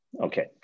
Okay